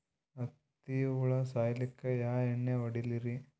ಹತ್ತಿ ಹುಳ ಸಾಯ್ಸಲ್ಲಿಕ್ಕಿ ಯಾ ಎಣ್ಣಿ ಹೊಡಿಲಿರಿ?